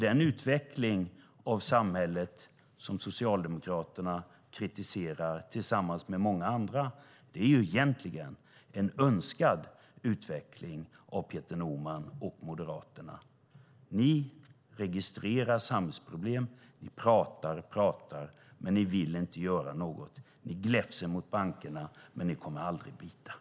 Den utveckling av samhället som Socialdemokraterna tillsammans med många andra kritiserar är egentligen en av Peter Norman och Moderaterna önskad utveckling. Ni registrerar samhällsproblem. Ni pratar och pratar, men ni vill inte göra något. Ni gläfser mot bankerna, men ni kommer aldrig att bita.